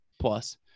plus